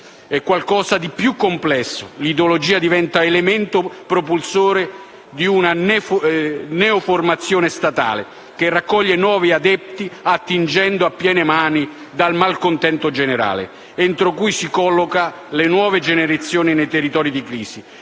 di qualcosa di più complesso: l'ideologia diventa elemento propulsore di una neoformazione statale che raccoglie nuovi adepti, attingendo a piene mani dal malcontento generale entro cui si collocano le nuove generazioni nei territori di crisi